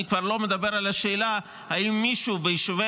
אני כבר לא מדבר על השאלה אם מישהו ביישובי